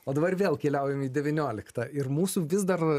o dabar vėl keliaujam į devynioliktą ir mūsų vis dar